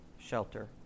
shelter